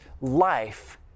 life